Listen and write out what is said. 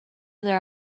their